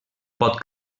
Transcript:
pot